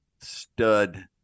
stud